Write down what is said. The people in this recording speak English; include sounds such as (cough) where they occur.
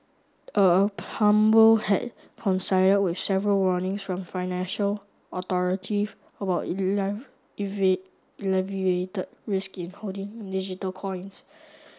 (hesitation) a tumble had coincided with several warnings from financial authorities about (unintelligible) elevated risk in holding digital coins